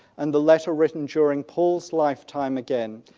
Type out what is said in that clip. and the letter written during paul's lifetime again.